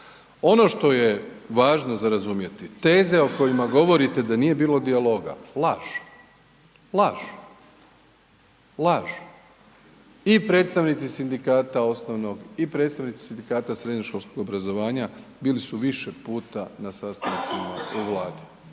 Ono što je važno za razumjeti, teze o kojima govorite da nije bilo dijaloga, laž, laž, laž. I predstavnici sindikata osnovnog i predstavnici sindikata srednjoškolskog obrazovanja bili su više puta na sastancima u Vladi